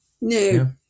no